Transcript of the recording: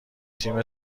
تیم